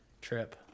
trip